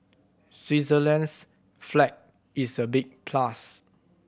Switzerland's flag is a big plus